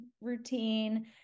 routine